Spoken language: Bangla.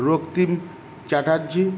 রক্তিম চ্যাটার্জী